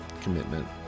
Commitment